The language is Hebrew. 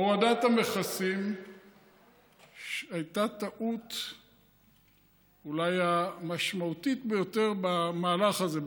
הורדת המכסים הייתה אולי הטעות המשמעותית ביותר במהלך הזה,